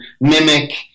mimic